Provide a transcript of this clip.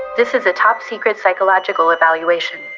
this is a top secret psychological evaluation.